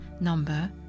number